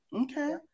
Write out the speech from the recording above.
okay